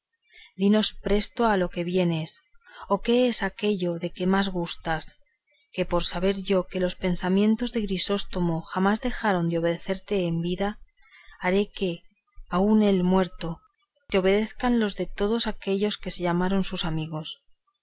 dinos presto a lo que vienes o qué es aquello de que más gustas que por saber yo que los pensamientos de grisóstomo jamás dejaron de obedecerte en vida haré que aun él muerto te obedezcan los de todos aquellos que se llamaron sus amigos